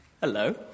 Hello